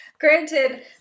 Granted